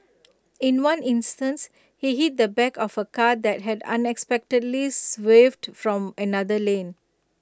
in one instance he hit the back of A car that had unexpectedly waved from another lane